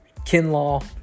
Kinlaw